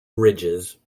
bridges